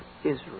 Israel